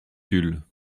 tulle